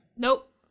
nope